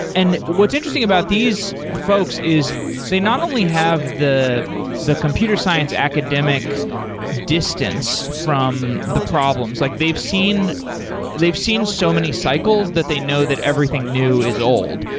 and what's interesting about these folks is they not only have the the computer science academic distance from the problems. like they've seen they've seen so many cycles that they know that everything new is old.